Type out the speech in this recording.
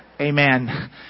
Amen